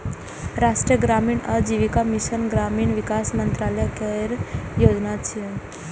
राष्ट्रीय ग्रामीण आजीविका मिशन ग्रामीण विकास मंत्रालय केर योजना छियै